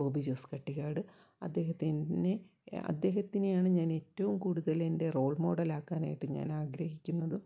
ബോബി ജോസ് കട്ടികാട് അദ്ദേഹത്തെ എന്നെ അദ്ദേഹത്തിനെയാണ് ഞാൻ ഏറ്റവും കൂടുതൽ എൻ്റെ റോൾ മോഡൽ ആക്കാനായിട്ട് ഞാൻ ആഗ്രഹിക്കുന്നതും